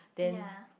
ya